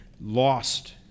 lost